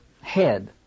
head